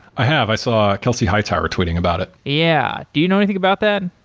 i have. i saw kelsi hightower tweeting about it yeah. do you know anything about that?